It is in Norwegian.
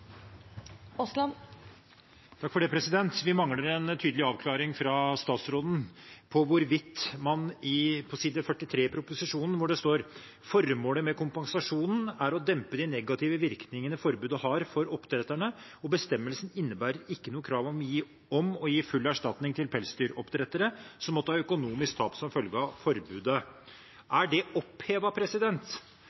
Aasland har hatt ordet to ganger tidligere og får ordet til en kort merknad, begrenset til 1 minutt. Vi mangler en tydelig avklaring fra statsråden. På side 43 i proposisjonen står det at formålet med kompensasjonen er «å dempe de negative virkningene forbudet har for oppdretterne, og bestemmelsen innebærer ikke noe krav om å gi full erstatning til pelsdyroppdrettere som måtte ha økonomisk tap som følge av forbudet.»